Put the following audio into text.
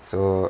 so